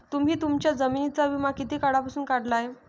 तुम्ही तुमच्या जमिनींचा विमा किती काळापासून काढला आहे?